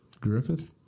Griffith